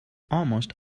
almost